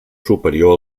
superior